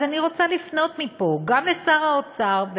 אז אני רוצה לפנות מפה גם לשר האוצר,